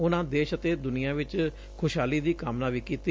ਉਨੂਾ ਦੇਸ਼ ਅਤੇ ਦੁਨੀਆਂ ਵਿਚ ਖੁਸ਼ਹਾਲ ਦੀ ਕਾਮਨਾ ਵੀ ਕੀਤੀ